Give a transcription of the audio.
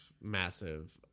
massive